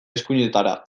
eskuinetara